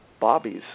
Bobby's